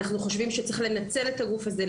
אנחנו חושבים שצריך לנצל את הגוף הזה,